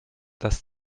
das